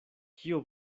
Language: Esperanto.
kio